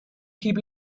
keep